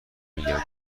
میگم